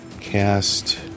cast